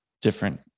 different